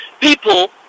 people